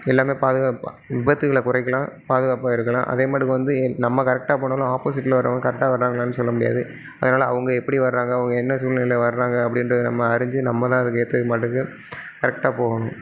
எல்லாமே பாதுகாப்பாக விபத்துகளை குறைக்கலாம் பாதுகாப்பாக இருக்கலாம் அதே மாட்டுக்கு வந்து எ நம்ம கரெக்டாக போனாலும் ஆப்போசிட்டில் வரவங்க கரெக்டாக வராங்களான்னு சொல்லமுடியாது அதனால் அவங்க எப்படி வராங்க அவங்க என்ன சூழ்நிலையில வராங்க அப்படின்றத நம்ம அறிஞ்சு நம்மதான் அதுக்கு ஏற்றது மாட்டுக்கு கரெக்டாக போகணும்